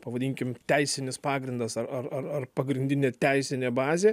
pavadinkim teisinis pagrindas ar ar ar ar pagrindinė teisinė bazė